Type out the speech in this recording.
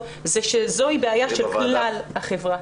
הוא שזאת בעיה של כלל החברה.